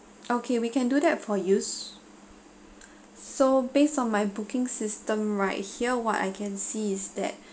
okay we can do that for you so based on my booking system right here what I can see is that